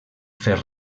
fer